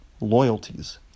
loyalties